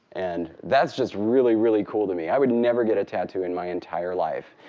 and that's just really, really cool to me. i would never get a tattoo in my entire life,